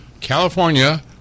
California